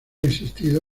existido